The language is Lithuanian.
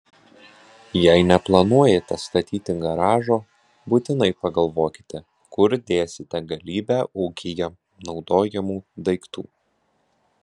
jei neplanuojate statyti garažo būtinai pagalvokite kur dėsite galybę ūkyje naudojamų daiktų